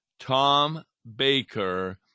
tombaker